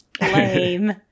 lame